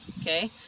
okay